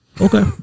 Okay